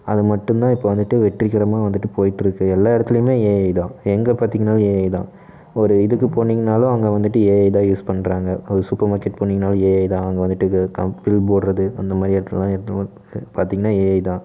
அது மட்டும்தான் இப்போ வந்துட்டு வெற்றிகரமாக வந்துட்டு போய்கிட்டு இருக்குது எல்லா இடத்துலயுமே ஏஐ தான் எங்கே பார்த்தீங்கனாலும் ஏஐ தான் ஒரு இதுக்கு போனீங்கனாலும் அங்கே வந்துட்டு ஏஐ தான் யூஸ் பண்ணுறாங்க ஒரு சூப்பர் மார்க்கெட் போனீங்கனாலும் ஏஐ தான் அங்கே வந்துட்டு பில் போடுறது அந்த மாதிரி இடத்துலல்லாம் பார்த்தீங்கன்னா ஏஐ தான்